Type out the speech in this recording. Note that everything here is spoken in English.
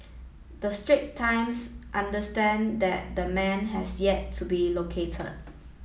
the Strait Times understand that the man has yet to be located